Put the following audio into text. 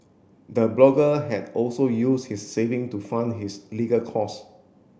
the blogger had also used his saving to fund his legal cost